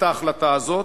את ההחלטה הזאת?